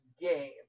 game